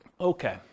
Okay